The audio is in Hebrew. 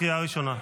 קריאה ראשונה.